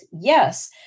yes